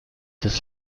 his